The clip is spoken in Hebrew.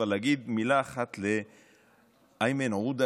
אבל להגיד מילה אחת לאיימן עודה,